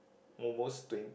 almost twen~